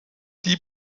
die